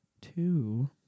two